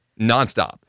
nonstop